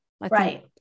Right